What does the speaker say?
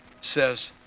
says